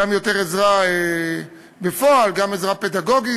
גם יותר עזרה בפועל, גם עזרה פדגוגית.